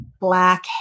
black